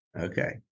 Okay